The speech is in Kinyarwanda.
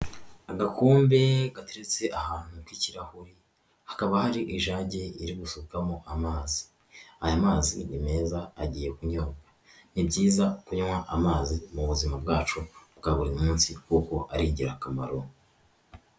Agakumbe gateretse ahantu k'ikirahuri hakaba hari ijage iri gusukamo amazi, aya mazi ni meza agiye kunyobwa, ni byiza kunywa amazi mu buzima bwacu bwa buri munsi kuko ari ingirakamaro.